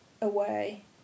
away